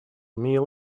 meal